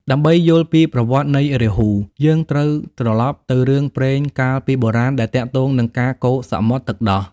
ដើម្បីយល់ពីប្រវត្តិនៃរាហូ យើងត្រូវត្រឡប់ទៅរឿងព្រេងកាលពីបុរាណដែលទាក់ទងនឹងការកូរសមុទ្រទឹកដោះ។